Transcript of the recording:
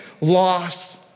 loss